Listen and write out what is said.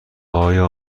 آیا